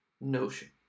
notion